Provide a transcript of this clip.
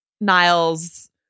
Niles